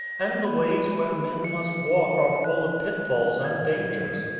and the ways where men must walk are full of pitfalls and dangers.